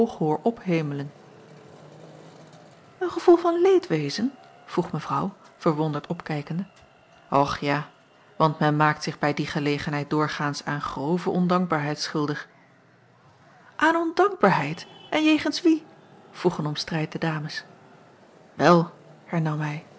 ophemelen een gevoel van leedwezen vroeg mevrouw verwonderd opkijkende och ja want men maakt zich bij die gelegenheid doorgaans aan grove ondankbaarheid schuldig aan ondankbaarheid en jegens wie vroegen om strijd de dames wel hernam hij